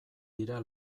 dira